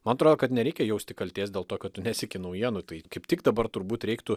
man atrodo kad nereikia jausti kaltės dėl to kad tu neseki naujienų tai kaip tik dabar turbūt reiktų